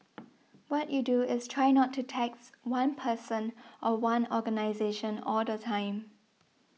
what you do is try not to tax one person or one organisation all the time